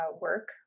work